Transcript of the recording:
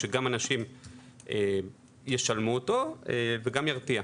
שגם אנשים ישלמו אותו וגם ירתיע.